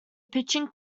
pitching